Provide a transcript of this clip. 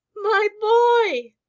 my boy!